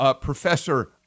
Professor